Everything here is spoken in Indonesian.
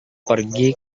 pergi